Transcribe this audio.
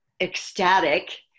ecstatic